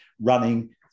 running